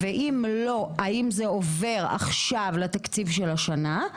ואם לא, האם זה עובר עכשיו לתקציב של השנה?